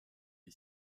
est